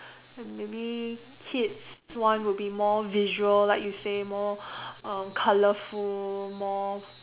and maybe kids one will be more visual like you say more um colourful more